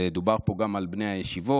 ודובר פה גם על בני הישיבות,